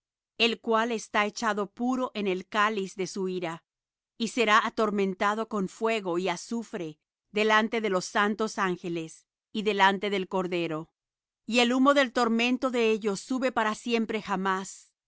el cual está echado puro en el cáliz de su ira y será atormentado con fuego y azufre delante de los santos ángeles y delante del cordero y el humo del tormento de ellos sube para siempre jamás